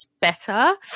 better